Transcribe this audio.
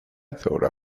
thought